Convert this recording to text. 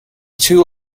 two